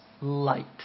light